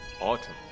autumn